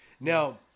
Now